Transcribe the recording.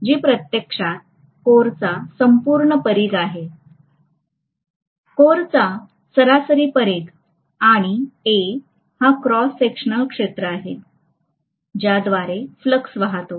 जी प्रत्यक्षात कोरचा संपूर्ण परिघ आहे कोरचा सरासरी परिघ आणि A हा क्रॉस सेक्शनल क्षेत्र आहे ज्याद्वारे फ्लक्स वाहतो